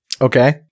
Okay